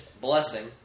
blessing